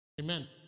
amen